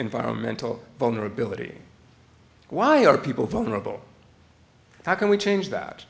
environmental vulnerability why are people vulnerable how can we change that